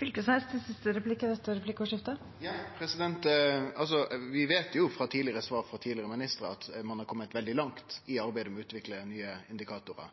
Vi veit av tidlegare svar frå tidlegare ministrar at ein har kome veldig langt i arbeidet med å utvikle nye indikatorar,